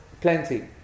plenty